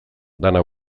dena